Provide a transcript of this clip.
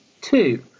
Two